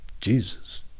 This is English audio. Jesus